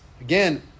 again